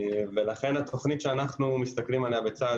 לכן התוכנית שאנחנו מסתכלים עליה בצה"ל